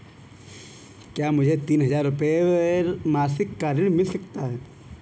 क्या मुझे तीन हज़ार रूपये मासिक का ऋण मिल सकता है?